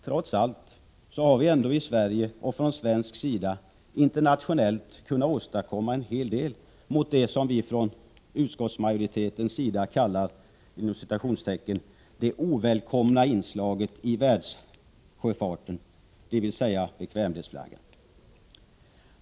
Trots allt har vi i Sverige och från svensk sida internationellt kunnat åstadkomma en hel del mot det som vi från utskottsmajoritetens sida kallar ”det ovälkomna inslaget i världssjöfarten”, dvs. bekvämlighetsflagg.